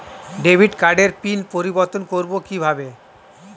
Debit কার্ডের pin পরিবর্তন করবো কীভাবে?